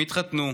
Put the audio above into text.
הם התחתנו,